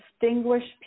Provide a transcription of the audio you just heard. distinguished